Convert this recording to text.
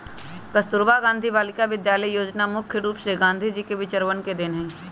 कस्तूरबा गांधी बालिका विद्यालय योजना मुख्य रूप से गांधी जी के विचरवन के देन हई